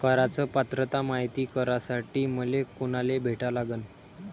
कराच पात्रता मायती करासाठी मले कोनाले भेटा लागन?